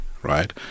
Right